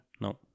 No